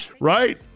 Right